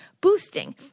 boosting